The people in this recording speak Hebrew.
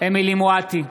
אמילי חיה מואטי,